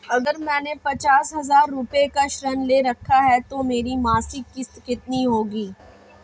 अगर मैंने पचास हज़ार रूपये का ऋण ले रखा है तो मेरी मासिक किश्त कितनी होगी?